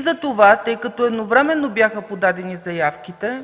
Затова, тъй като едновременно бяха подадени заявките,